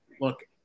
Look